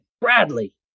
Bradley